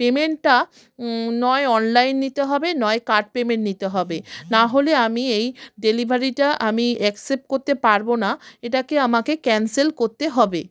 পেমেন্টটা নয় অনলাইন নিতে হবে নয় কার্ড পেমেন্ট নিতে হবে নাহলে আমি এই ডেলিভারিটা আমি অ্যাকসেপ্ট করতে পারবো না এটাকে আমাকে ক্যান্সেল করতে হবে